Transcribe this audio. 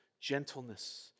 gentleness